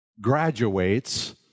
graduates